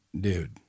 dude